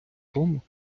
тому